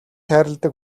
хайрладаг